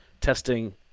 Testing